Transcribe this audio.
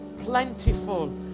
plentiful